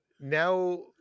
now